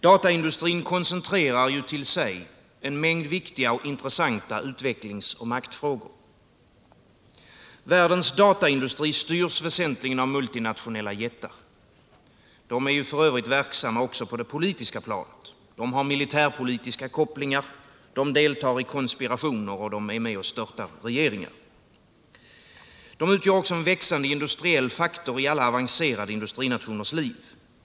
Dataindustrin koncentrerar till sig en mängd viktiga och intressanta utvecklingsoch maktfrågor. Världens dataindustri styrs väsentligen av multinationella jättar. De är f. ö. verksamma också på det politiska planet. De har militärpolitiska kopplingar. De deltar i konspirationer och är med och störtar regeringar. De utgör också en växande industriell faktor i alla avancerade industrinationers liv.